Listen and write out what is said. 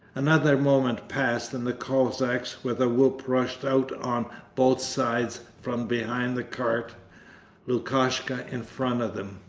another moment passed and the cossacks with a whoop rushed out on both sides from behind the cart lukashka in front of them.